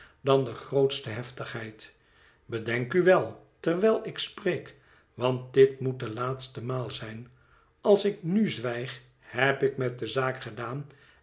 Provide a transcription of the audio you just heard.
dan de grootste heftigheid bedenk u wel terwijl ik spreek want dit moet de laatste maal zijn als ik nu zwijg heb ik met de zaak gedaan